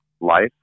life